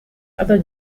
other